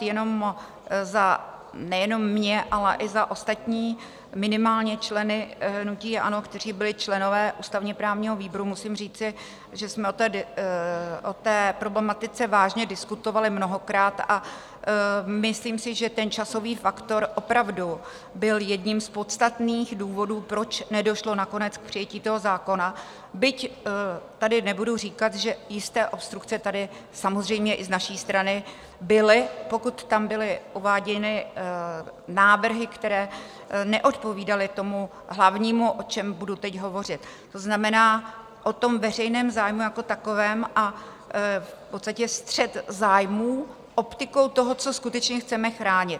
Jenom nejenom za mě, ale i za ostatní minimálně členy hnutí ANO, kteří byli členy ústavněprávního výboru, musím říci, že jsme o té problematice vážně diskutovali mnohokrát a myslím si, že ten časový faktor opravdu byl jedním z podstatných důvodů, proč nedošlo nakonec k přijetí toho zákona, byť tady nebudu říkat, že jisté obstrukce tady samozřejmě i z naší strany byly, pokud tam byly uváděny návrhy, které neodpovídaly tomu hlavnímu, o čem budu hovořit, to znamená, o veřejném zájmu jako takovém a v podstatě střet zájmů optikou toho, co skutečně chceme chránit.